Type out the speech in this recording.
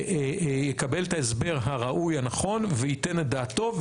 יקבל את ההסבר הראוי, הנכון, וייתן את דעתו.